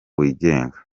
wigenga